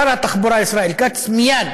שר התחבורה ישראל כץ מייד